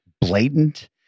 blatant